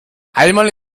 einmal